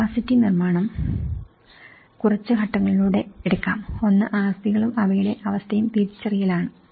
capacity നിർമ്മാണം കുറച്ച് ഘട്ടങ്ങളിലൂടെ എടുക്കാം ഒന്ന് ആസ്തികളും അവയുടെ അവസ്ഥയും തിരിച്ചറിയലാണ്